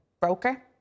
broker